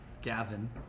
Gavin